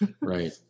Right